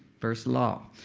first law.